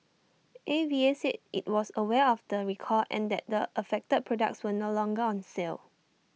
A V A said IT was aware of the recall and that the affected products were no longer on sale